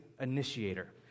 initiator